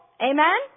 Amen